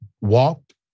walked